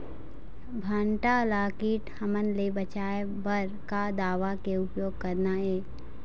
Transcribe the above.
भांटा ला कीट हमन ले बचाए बर का दवा के उपयोग करना ये?